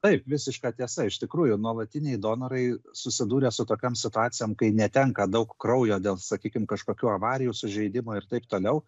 taip visiška tiesa iš tikrųjų nuolatiniai donorai susidūrę su tokiom situacijom kai netenka daug kraujo dėl sakykim kažkokių avarijų sužeidimų ir taip toliau